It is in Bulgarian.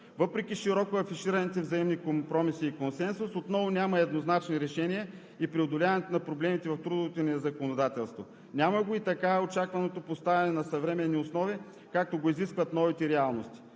въпреки широко афишираните взаимни компромиси и консенсус, отново няма еднозначни решения и преодоляването на проблемите в трудовото ни законодателство. Няма го и така очакваното поставяне на съвременни условия, както го изискват новите реалности.